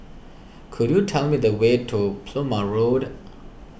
could you tell me the way to Plumer Road